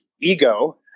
ego